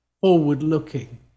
forward-looking